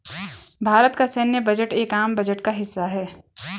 भारत का सैन्य बजट एक आम बजट का हिस्सा है